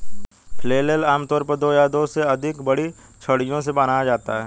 flail आमतौर पर दो या दो से अधिक बड़ी छड़ियों से बनाया जाता है